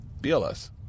BLS